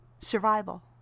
Survival